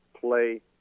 play